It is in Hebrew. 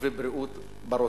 ובריאות בני-חיים.